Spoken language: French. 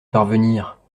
parvenir